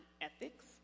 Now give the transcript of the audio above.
ethics